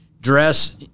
dress